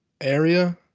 area